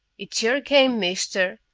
it's your game, mister!